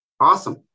Awesome